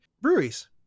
breweries